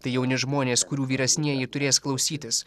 tai jauni žmonės kurių vyresnieji turės klausytis